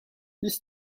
this